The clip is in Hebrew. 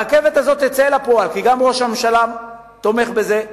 הרכבת הזאת תצא אל הפועל כי גם ראש הממשלה תומך בזה,